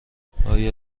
آیا